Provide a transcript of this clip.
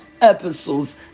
episodes